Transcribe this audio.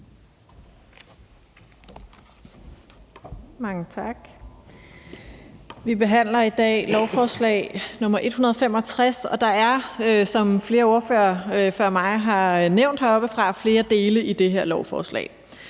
Mange tak. Vi behandler i dag lovforslag nr. 165, og der er, som flere ordførere før mig har nævnt heroppefra, flere dele i det her lovforslag.